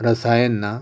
रसायनां